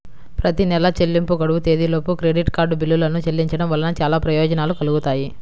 ప్రతి నెలా చెల్లింపు గడువు తేదీలోపు క్రెడిట్ కార్డ్ బిల్లులను చెల్లించడం వలన చాలా ప్రయోజనాలు కలుగుతాయి